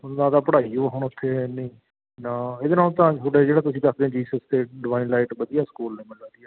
ਮੈਨੂੰ ਲੱਗਦਾ ਪੜ੍ਹਾਈ ਓ ਹੁਣ ਉੱਥੇ ਐਨੀ ਨਾ ਇਹਦੇ ਨਾਲੋਂ ਤਾਂ ਤੁਹਾਡੇ ਜਿਹੜਾ ਤੁਸੀਂ ਦੱਸਦੇ ਜੀਸਸ ਅਤੇ ਡਿਵਾਈਨ ਲਾਈਟ ਵਧੀਆ ਸਕੂਲ ਨੇ ਮੈਨੂੰ ਲੱਗਦੀ ਆ ਇਹ